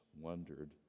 wondered